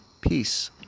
peace